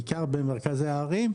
בעיקר במרכזי הערים,